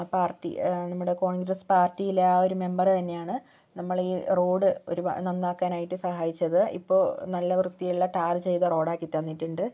party നമ്മുടെ കോൺഗ്രസ് പാർട്ടിയിലെ ആ ഒരു മെമ്പർ തന്നെയാണ് നമ്മളെ ഈ റോഡ് ഒരു നന്നാക്കാനായിട്ട് സഹായിച്ചത് ഇപ്പോൾ നല്ല വൃത്തിയുള്ള ടാർ ചെയ്ത റോഡാക്കി തന്നിട്ടുണ്ട്